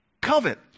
covet